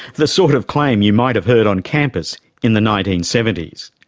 the sort of claim you might have heard on campus in the nineteen seventy s.